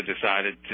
decided